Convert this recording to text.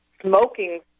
smoking